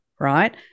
Right